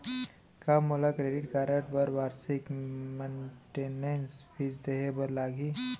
का मोला credit card बर वार्षिक मेंटेनेंस फीस देहे बर लागही?